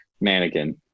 mannequin